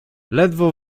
ledwo